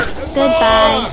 Goodbye